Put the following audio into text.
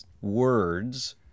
words